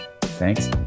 Thanks